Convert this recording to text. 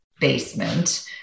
basement